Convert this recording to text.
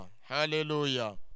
Hallelujah